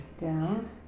down